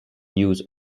use